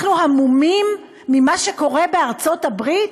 אנחנו המומים ממה שקורה בארצות-הברית?